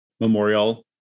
Memorial